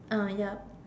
yup